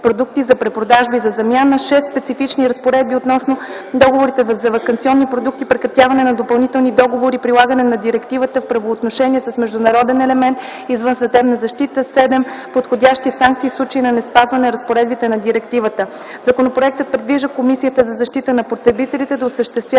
продукти, за препродажба и за замяна; - специфични разпоредби относно договорите за ваканционни продукти, прекратяване на допълнителни договори, прилагане на директивата в правоотношения с международен елемент, извънсъдебна защита; - подходящи санкции, в случай на неспазване разпоредбите на директивата. Законопроектът предвижда Комисията за защита на потребителите да осъществява